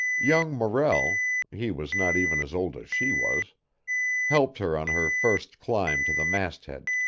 young morrell he was not even as old as she was helped her on her first climb to the mast head.